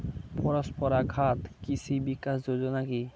পরম্পরা ঘাত কৃষি বিকাশ যোজনা কি?